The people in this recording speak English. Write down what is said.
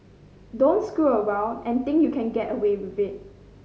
don't screw around and think you can get away with it